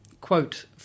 quote